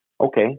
Okay